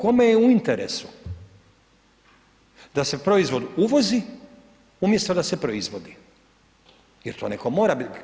Koje je u interesu da se proizvod uvozi umjesto da se proizvodi, jer to netko mora biti.